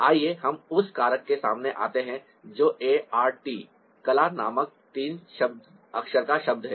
आइए हम उस कारक के सामने आते हैं जो ए आर टी कला नामक तीन अक्षर का शब्द है